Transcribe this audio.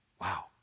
Wow